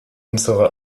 unsere